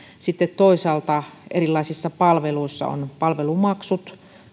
sitten toisaalta erilaisissa palveluissa ovat palvelumaksut